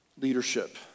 leadership